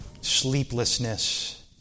sleeplessness